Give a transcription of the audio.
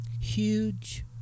huge